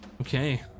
Okay